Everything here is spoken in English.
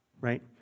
Right